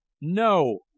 No